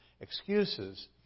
excuses